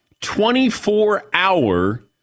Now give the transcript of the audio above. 24-hour